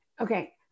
okay